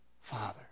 Father